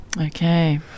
Okay